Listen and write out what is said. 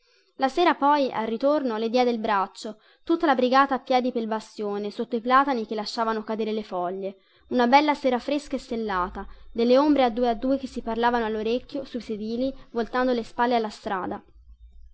la sera poi al ritorno le diede il braccio tutta la brigata a piedi pel bastione sotto i platani che lasciavano cadere le foglie una bella sera tutta stellata delle ombre a due a due che si parlavano allorecchio sui sedili voltando le spalle alla strada